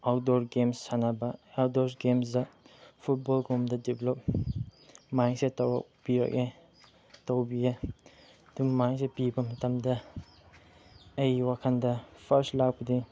outdoor game ꯁꯥꯟꯅꯕ outdoor ꯒꯦꯝꯁꯇ ꯐꯨꯠꯕꯣꯜꯒꯨꯝꯕꯗ ꯗꯦꯚꯦꯂꯞ ꯃꯥꯏꯟꯁꯦ ꯇꯧꯔꯛꯄꯤꯔꯛꯑꯦ ꯇꯧꯕꯤꯌꯦ ꯑꯗꯨ ꯃꯥꯏꯟꯁꯦ ꯄꯤꯕ ꯃꯇꯝꯗ ꯑꯩ ꯋꯥꯈꯟꯗ ꯐꯥꯔꯁ ꯂꯥꯛꯄꯗꯤ